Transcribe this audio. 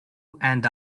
and